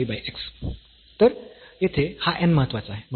तर येथे हा n महत्वाचा आहे